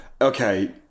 Okay